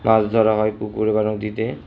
মাছ ধরা হয় পুকুরে বা নদীতে